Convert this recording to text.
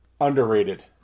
underrated